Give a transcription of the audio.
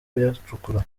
kuyacukura